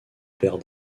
père